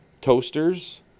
toasters